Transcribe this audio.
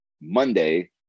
Monday